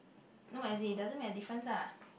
no as in it doesn't make a difference ah